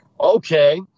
Okay